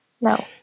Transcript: No